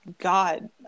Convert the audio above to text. God